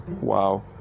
Wow